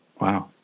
Wow